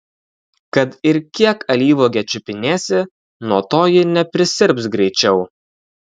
kad ir kiek alyvuogę čiupinėsi nuo to ji neprisirps greičiau